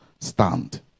stand